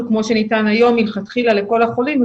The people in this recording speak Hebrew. כמו שניתן היום מלכתחילה לכל החולים,